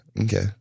Okay